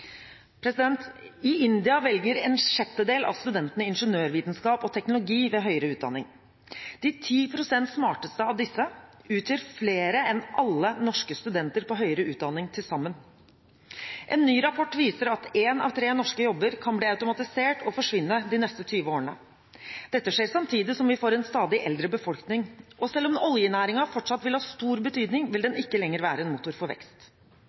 I India velger en sjettedel av studentene ingeniørvitenskap og teknologi ved høyere utdanning. De 10 pst. smarteste av disse utgjør flere enn alle norske studenter på høyere utdanning til sammen. En ny rapport viser at én av tre norske jobber kan bli automatisert og forsvinne de neste 20 årene. Dette skjer samtidig som vi får en stadig eldre befolkning, og selv om oljenæringen fortsatt vil ha stor betydning, vil den ikke lenger være en motor for vekst.